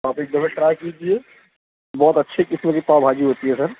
تو آپ ایک دفعہ ٹرائی کیجیے بہت اچھے قسم کی پاؤ بھاجی ہوتی ہے سر